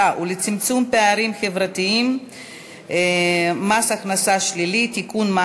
ולצמצום פערים חברתיים (מס הכנסה שלילי) (תיקון,